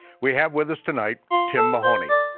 we have with us tonight, tim mahoney,